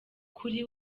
kuri